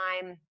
time